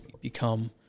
become